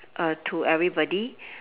uh to everybody